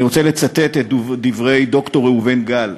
אני רוצה לצטט את דברי ד"ר ראובן גל,